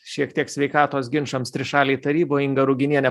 šiek tiek sveikatos ginčams trišalėj taryboj inga ruginienė